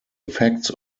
effects